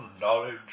knowledge